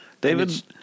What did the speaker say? David